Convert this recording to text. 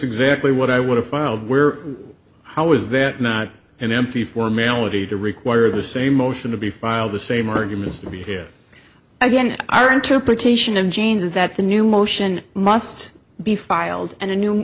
exactly what i would have filed where how is that not an empty formality to require the same motion to be filed the same arguments to be here again our interpretation of jayne's is that the new motion must be filed and a new